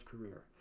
career